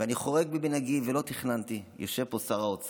ואני חורג ממנהגי, ולא תכננתי, יושב פה שר האוצר,